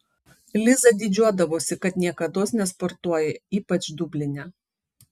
liza didžiuodavosi kad niekados nesportuoja ypač dubline